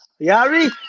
Yari